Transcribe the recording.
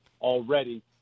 already